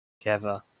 Together